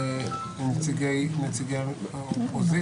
ענייני משמעת קואליציונית,